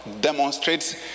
demonstrates